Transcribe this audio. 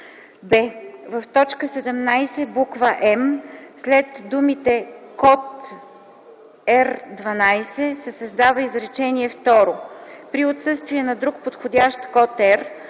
б) В т. 17, буква „м” след думите „код – R 12”се създава изречение второ: „При отсъствие на друг подходящ код R,